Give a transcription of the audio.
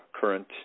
current